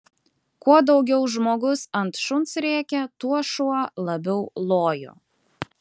kuo daugiau žmogus ant šuns rėkė tuo šuo labiau lojo